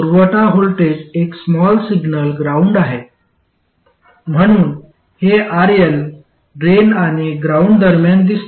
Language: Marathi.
पुरवठा व्होल्टेज एक स्मॉल सिग्नल ग्राउंड आहे म्हणून हे RL ड्रेन आणि ग्राउंड दरम्यान दिसते